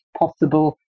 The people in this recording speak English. possible